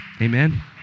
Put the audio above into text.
Amen